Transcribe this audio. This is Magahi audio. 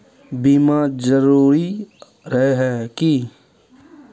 बीमा जरूरी रहे है की?